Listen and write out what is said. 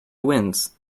wins